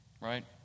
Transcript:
right